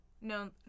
no